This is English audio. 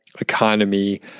economy